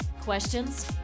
Questions